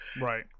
right